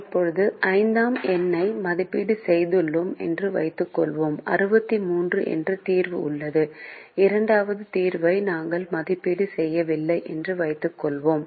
இப்போது 5 ஆம் எண்ணை மதிப்பீடு செய்துள்ளோம் என்று வைத்துக் கொள்வோம் 63 என்று தீர்வு உள்ளது இரண்டாவது தீர்வை நாங்கள் மதிப்பீடு செய்யவில்லை என்று வைத்துக் கொள்வோம்